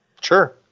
Sure